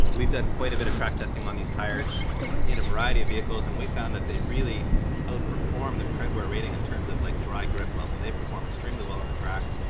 we've done quite a bit of track testing on these tyres in a variety of vehicles, and we found that they really outperform their tread-wear rating in terms of like dry grip level. they perform extremely well on the track.